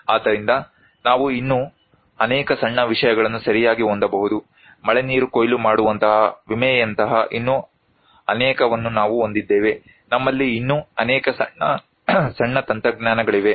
ಆದ್ದರಿಂದ ನಾವು ಇನ್ನೂ ಅನೇಕ ಸಣ್ಣ ವಿಷಯಗಳನ್ನು ಸರಿಯಾಗಿ ಹೊಂದಬಹುದು ಮಳೆನೀರು ಕೊಯ್ಲು ಮಾಡುವಂತಹ ವಿಮೆಯಂತಹ ಇನ್ನೂ ಅನೇಕವನ್ನು ನಾವು ಹೊಂದಿದ್ದೇವೆ ನಮ್ಮಲ್ಲಿ ಇನ್ನೂ ಅನೇಕ ಸಣ್ಣ ತಂತ್ರಜ್ಞಾನಗಳಿವೆ